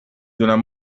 دونم